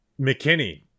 McKinney